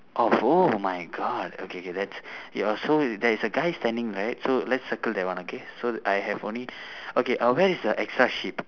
oh oh my god okay K that's your so there's a guy standing right so let's circle that one okay so I have only okay uh where is the extra sheep